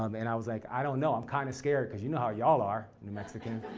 um and i was like, i don't know i'm kind of scared, cuz you know how you all are new mexicans.